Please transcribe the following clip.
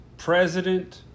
President